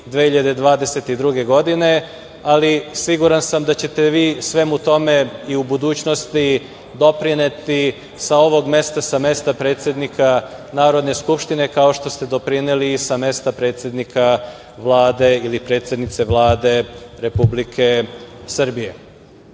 2022. godine, ali siguran sam da ćete vi svemu tome i u budućnosti doprineti sa ovog mesta, sa mesta predsednika Narodne skupštine, kao što ste doprineli i sa mesta predsednika Vlade ili predsednice Vlade Republike Srbije. Veoma